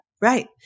Right